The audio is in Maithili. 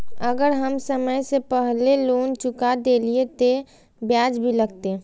अगर हम समय से पहले लोन चुका देलीय ते ब्याज भी लगते?